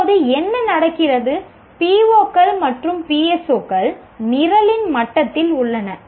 இப்போது என்ன நடக்கிறது PO கள் மற்றும் PSO கள் நிரலின் மட்டத்தில் உள்ளன